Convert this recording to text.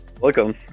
welcome